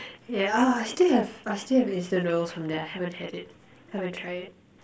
yeah I still have I still have instant noodles from there I haven't had it haven't tried it